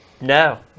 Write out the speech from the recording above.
No